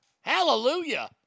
Hallelujah